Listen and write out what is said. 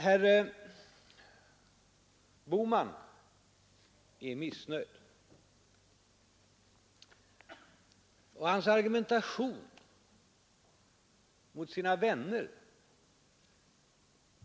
Herr Bohman är missnöjd. Hans argumentation mot sina vänner